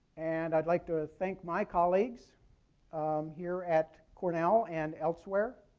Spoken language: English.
and i'd like to ah thank my colleagues here at cornell and elsewhere.